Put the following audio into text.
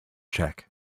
check